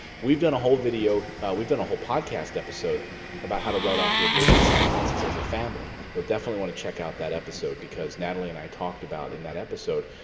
we've done a whole video we've done a whole podcast episode about how to write of your business expenses as a family. you'll definitely want to check out that episode, because natalie and i talked about, in that episode,